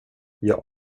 jag